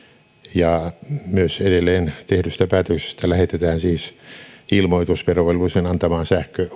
ja edelleen tehdyistä päätöksistä lähetetään siis ilmoitus verovelvollisen antamaan